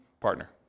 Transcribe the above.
partner